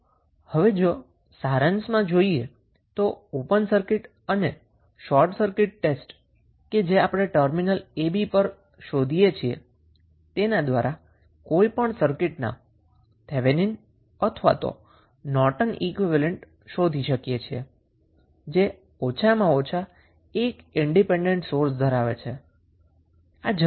આમ હવે જો સારાંશમાં જોઈએ તો ઓપન સર્કીટ અને શોર્ટ સર્કીટ ટેસ્ટ કે જે આપણે ટર્મિનલ a b પર શોધીએ છીએ તેના દ્વારા કોઈપણ સર્કીટના થેવેનીન અથવા તો નોર્ટન ઈક્વીવેલેન્ટ શોધી શકીએ છીએ જે ઓછામાં ઓછો એક ઈન્ડીપેન્ડન્ટ સોર્સ ધરાવે છે